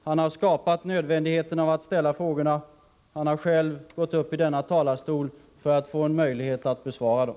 Han har skapat nödvändigheten av att ställa frågorna. Han har själv gått upp i denna talarstol för att få en möjlighet att besvara dem.